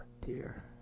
dear